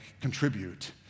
contribute